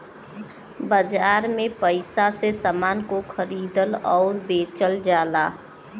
बाजार में पइसा से समान को खरीदल आउर बेचल जाला